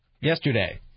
yesterday